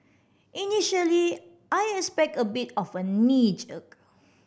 initially I expect a bit of a knee jerk